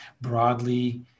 broadly